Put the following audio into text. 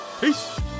peace